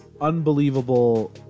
unbelievable